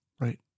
right